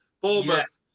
Bournemouth